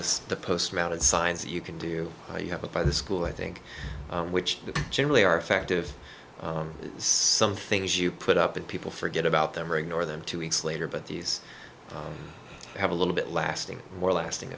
have this post mounted signs you can do you have it by the school i think which generally are effective some things you put up and people forget about them or ignore them two weeks later but these have a little bit lasting more lasting